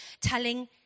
telling